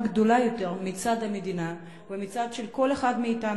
גדולה יותר מצד המדינה ומכל אחד מאתנו,